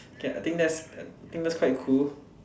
k I think I think that's quite cool